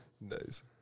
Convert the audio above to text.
Nice